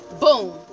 Boom